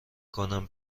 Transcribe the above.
کنم